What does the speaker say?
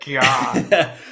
God